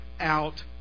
out